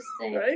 Right